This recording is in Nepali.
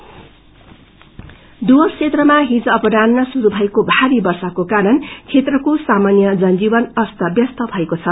रेज डुर्वस क्षेत्रमा हिज अपरान्द्र शुरू भएको भारी वर्षाको कारण्रा क्षेत्रको सामान्य जनजीवन अस्त व्यस्त भएको छ